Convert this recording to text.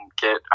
get